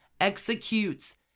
executes